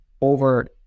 over